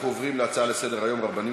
אנחנו עוברים להצעות לסדר-היום בנושא: רבנים